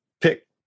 pick